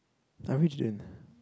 I really didn't